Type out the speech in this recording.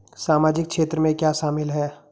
सामाजिक क्षेत्र में क्या शामिल है?